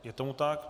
Je tomu tak.